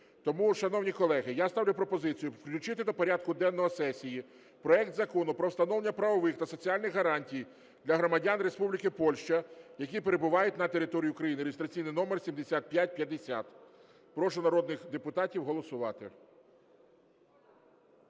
Тому, шановні колеги, я ставлю пропозицію включити до порядку денного сесії проект Закону про встановлення правових та соціальних гарантій для громадян Республіки Польща, які перебувають на території України (реєстраційний номер 7550). Прошу народних депутатів голосувати.